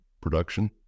production